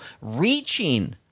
reaching